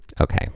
Okay